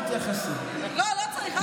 לא, לא צריך.